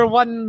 one